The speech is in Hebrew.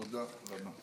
תודה רבה.